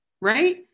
right